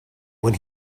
when